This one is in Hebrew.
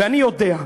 ואני יודע,